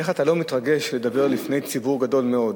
איך אתה לא מתרגש לדבר לפני ציבור גדול מאוד?